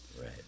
Right